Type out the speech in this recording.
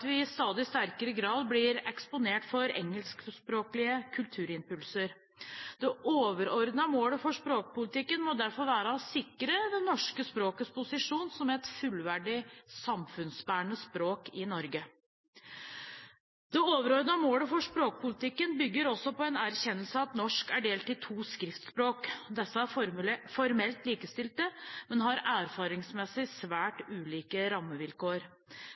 vi i stadig sterkere grad blir eksponert for engelskspråklige kulturimpulser. Det overordnede målet for språkpolitikken må derfor være å sikre det norske språkets posisjon som et fullverdig samfunnsbærende språk i Norge. Det overordnede målet for språkpolitikken bygger også på en erkjennelse av at norsk er delt i to skriftspråk. Disse er formelt likestilt, men har erfaringsmessig svært ulike rammevilkår.